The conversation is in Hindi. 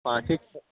हाँ ठीक है